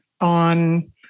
on